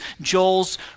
Joel's